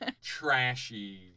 trashy